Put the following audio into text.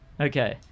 Okay